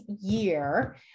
year